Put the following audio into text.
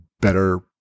better